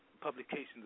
publications